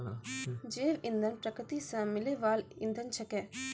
जैव इंधन प्रकृति सॅ मिलै वाल इंधन छेकै